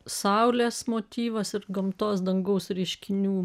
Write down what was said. saulės motyvas ir gamtos dangaus reiškinių